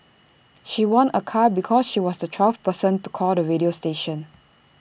she won A car because she was the twelfth person to call the radio station